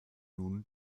nun